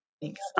Thanks